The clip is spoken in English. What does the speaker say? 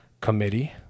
committee